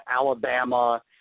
Alabama